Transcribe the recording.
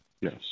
yes